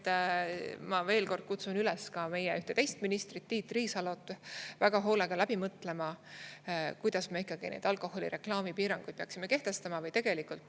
veel kord kutsun üles ka meie ühte teist ministrit, Tiit Riisalot väga hoolega läbi mõtlema, kuidas me ikkagi alkoholireklaami piiranguid peaksime kehtestama. Tegelikult,